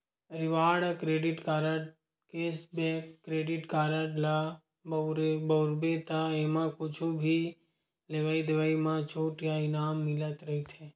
reward credit card, cashback credit card ल बउरबे त एमा कुछु भी लेवइ देवइ म छूट या इनाम मिलत रहिथे